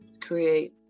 create